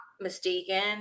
mistaken